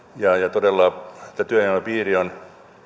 todella tämä työilmapiiri on